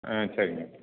ம் சரிங்க